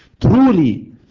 truly